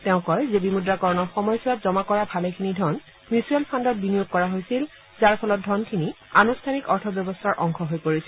তেওঁ কয় যে বিমুদ্ৰাকৰণৰ সময়ছোৱাত জমা কৰা ভালেখিনি ধন মিচুৱেল ফাণ্ডত বিনিয়োগ কৰা হৈছিল যাৰ ফলত ধনখিনি আনুষ্ঠানিক অৰ্থব্যৱস্থাৰ অংশ হৈ পৰিছিল